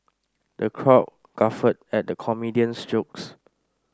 the crowd guffawed at the comedian's jokes